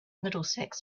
middlesex